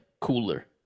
cooler